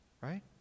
Right